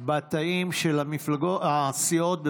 בתאים של הסיעות.